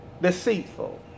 deceitful